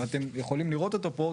ואתם יכולים לראות אות פה,